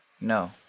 No